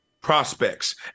prospects